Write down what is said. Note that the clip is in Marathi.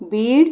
बीड